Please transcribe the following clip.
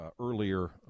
earlier